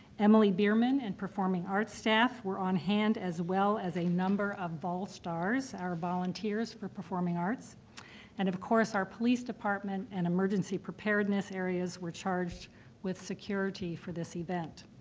emily behrmann and performing arts staff were on hand, as well as a number of volstars, our volunteers for performing arts and, of course, our police department and emergency preparedness areas were charged with security for this event.